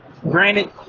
Granted